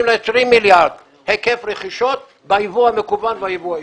ל-20 מיליארד היקף רכישות ביבוא המקוון וביבוא האישי.